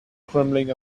crumbling